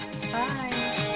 bye